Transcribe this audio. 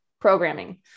programming